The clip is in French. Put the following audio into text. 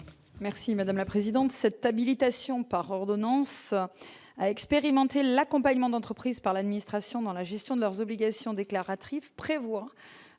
Merci madame la présidente, cette habilitation par ordonnance à expérimenter l'accompagnement d'entreprises par l'administration dans la gestion de leurs obligations déclara Trives prévoit